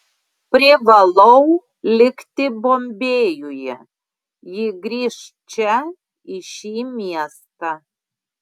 privalau likti bombėjuje ji grįš čia į šį miestą